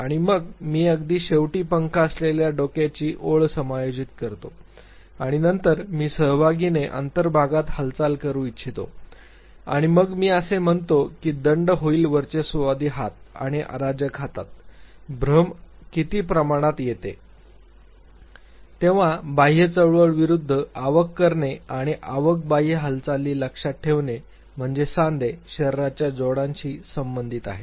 आणि मग मी अगदी शेवटी पंख असलेल्या डोक्याची ओळ समायोजित करतो आणि नंतर मी सहभागीने अंतर्भागात हालचाल करू इच्छितो आणि मग मी असे म्हणतो की दंड होईल वर्चस्ववादी हात आणि अराजक हातात भ्रम किती प्रमाणात येते तेव्हा बाह्य चळवळ विरूद्ध आवक करणे आणि आवक बाह्य हालचाली लक्षात ठेवणे म्हणजे सांधे शरीराच्या जोड्यांशी संबंधित आहे